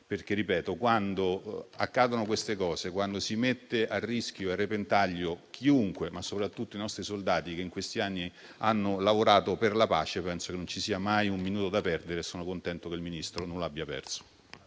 perché quando accadono queste cose, quando si mette a rischio e a repentaglio chiunque, ma soprattutto i nostri soldati che in questi anni hanno lavorato per la pace, ritengo che non ci sia mai un minuto da perdere e sono contento che il Ministro non l'abbia perso.